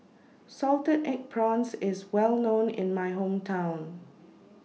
Salted Egg Prawns IS Well known in My Hometown